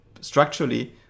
structurally